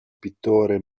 pittore